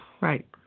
right